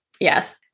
Yes